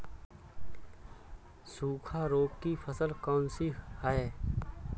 सूखा रोग की फसल कौन सी है?